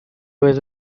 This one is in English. with